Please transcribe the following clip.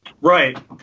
Right